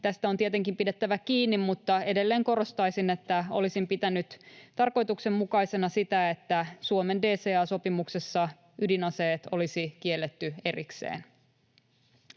Tästä on tietenkin pidettävä kiinni, mutta edelleen korostaisin, että olisin pitänyt tarkoituksenmukaisena sitä, että Suomen DCA-sopimuksessa ydinaseet olisi kielletty erikseen.